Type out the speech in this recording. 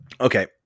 Okay